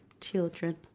children